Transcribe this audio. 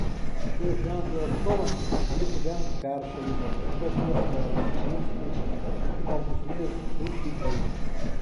šio ženklo atstovams derėtų vengti peršalimo ypač juosmens inkstų šlapimo pūslės kiaušidžių